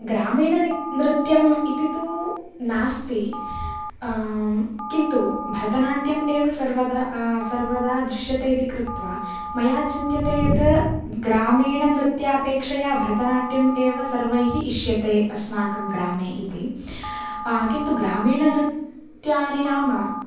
ग्रामीण नृत्यम् इति तु नास्ति किन्तु भरतनाट्यम् एव सर्व सर्वदा दृश्यते इति कृत्वा मया चिन्त्यते यत् ग्रामीणनृत्यापेक्षया भरतनाट्यम् एव सर्वैः इष्यते अस्माकं ग्रामे इति किन्तु ग्रामीणनृत्यानि नाम